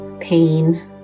pain